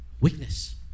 Weakness